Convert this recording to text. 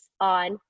on